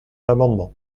l’amendement